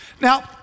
Now